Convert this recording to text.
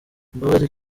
mbabazi